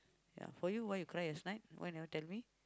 ya for you why you cry last night why never tell me